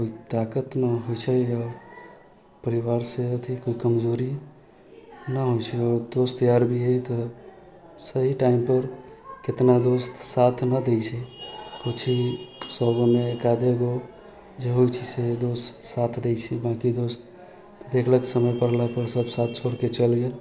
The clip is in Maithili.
कोइ ताकत ना होइ छै आओर परिवारसँ अधिक कमजोरी ना होइ छै आओर दोस्त यार भी है तऽ सही टाइमपर कितना दोस्त साथ ना दै छै कुछ ही सए गो मे एक आधे गो जे होइ छै से दोस्त साथ दै छै बाकी दोस्त देखलक समय पड़लापर सब साथ छोड़िके चल गेल